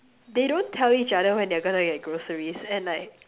they don't tell each other when they're gonna get groceries and like